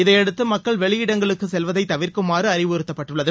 இதையடுத்து மக்கள் வெளியிடங்களுக்கு செல்வதை தவிர்க்குமாறு அறிவுறுத்தப்பட்டுள்ளது